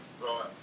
Right